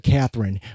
Catherine